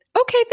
okay